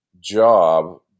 job